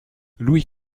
louis